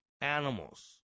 animals